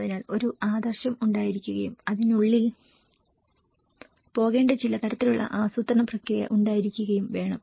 അതിനാൽ ഒരു ആദർശം ഉണ്ടായിരിക്കുകയും അതിനുള്ളിൽ പോകേണ്ട ചില തരത്തിലുള്ള ആസൂത്രണ പ്രക്രിയ ഉണ്ടായിരിക്കുകയും വേണം